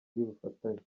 y’ubufatanye